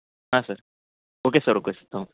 ಹಾಂ sir okay sir okay